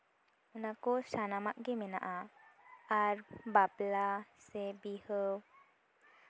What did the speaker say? ᱚᱱᱟ ᱠᱚ ᱥᱟᱱᱟᱢᱟᱜ ᱜᱮ ᱢᱮᱱᱟᱜᱼᱟ ᱟᱨ ᱵᱟᱯᱞᱟ ᱥᱮ ᱵᱤᱦᱟᱹ